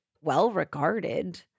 well-regarded